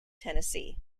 tennessee